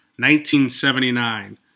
1979